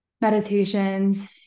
meditations